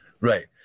right